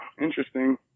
interesting